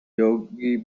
yogi